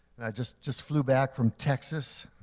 and i just just flew back from texas,